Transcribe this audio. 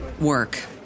work